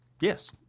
Yes